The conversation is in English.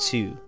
Two